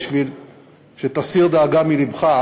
כדי שתסיר דאגה מלבך,